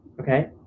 okay